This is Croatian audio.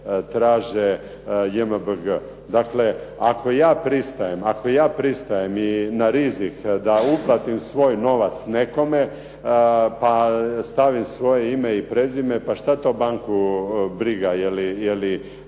traže JMBG. Dakle, ako ja pristajem i na rizik da uplatim svoj novac nekome, pa stavim svoje ime i prezime pa što to banku briga je li